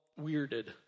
weirded